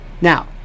Now